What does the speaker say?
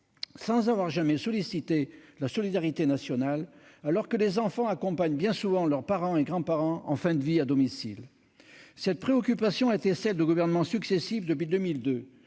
sociales diverses ni la solidarité nationale, alors que les enfants accompagnent bien souvent leurs parents et leurs grands-parents en fin de vie à domicile. Cette préoccupation a été celle de gouvernements successifs depuis 2002.